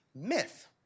myth